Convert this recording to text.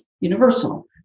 universal